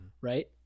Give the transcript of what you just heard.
right